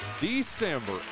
December